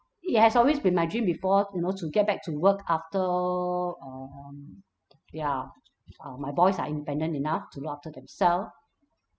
it has always been my dream before you know to get back to work after um ya uh my boys are independent enough to look after themself